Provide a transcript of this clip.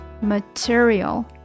Material